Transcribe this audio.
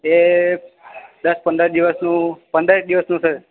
એ દસ પંદર દિવસનું પંદર એક દિવસનું છે